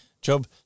Job